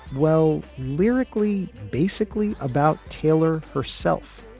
well, lyrically, basically about taylor herself,